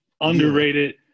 underrated